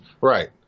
Right